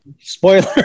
Spoiler